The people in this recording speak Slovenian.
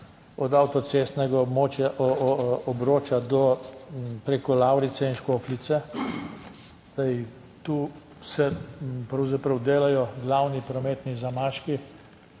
od avtocestnega območja obroča do, preko Lavrice in Škofljice. Zdaj, tu se pravzaprav delajo glavni prometni zamaški